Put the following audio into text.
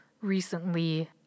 recently